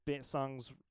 songs